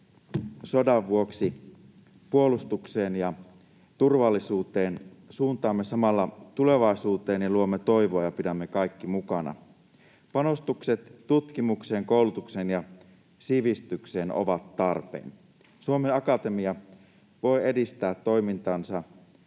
sodan vuoksi puolustukseen ja turvallisuuteen, suuntaamme samalla tulevaisuuteen ja luomme toivoa ja pidämme kaikki mukana. Panostukset tutkimukseen, koulutukseen ja sivistykseen ovat tarpeen. Suomen Akatemia voi edistää toimintaansa